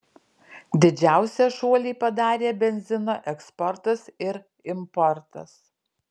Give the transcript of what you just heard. didžiausią šuolį padarė benzino eksportas ir importas